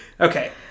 Okay